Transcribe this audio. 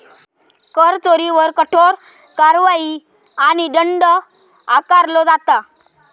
कर चोरीवर कठोर कारवाई आणि दंड आकारलो जाता